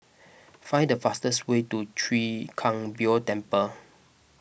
find the fastest way to Chwee Kang Beo Temple